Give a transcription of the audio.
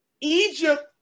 Egypt